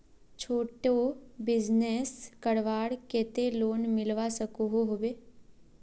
छोटो बिजनेस करवार केते लोन मिलवा सकोहो होबे?